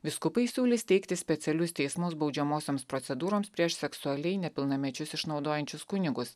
vyskupai siūlys steigti specialius teismus baudžiamosioms procedūroms prieš seksualiai nepilnamečius išnaudojančius kunigus